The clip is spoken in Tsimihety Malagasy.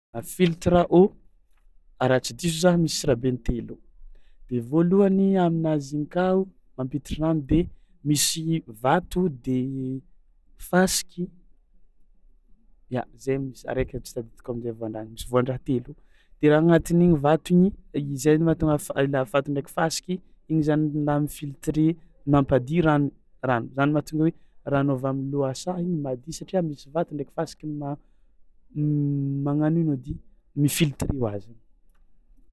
Filtre à eau, raha tsy diso za misy rahabeny telo de voalohany aminazy igny kao mampiditry rano de misy vato de fasiky ya zay misy araiky tsy tadidiko amin-jay voan-draha misy voan-draha telo de raha agnatin'igny vato igny izay no mahatonga f- la- vato ndraiky fasiky igny zany mba mi-filtrer mampadio rano rano zany mahatonga hoe rano avy am'lohasaha io madio satria misy vato ndraiky fasiky ma- magnano ino edy, mi-filtrer ho azy.